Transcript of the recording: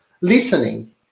listening